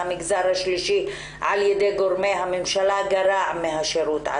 המגזר השלישי על ידי גורמי הממשלה גרע מן השירות.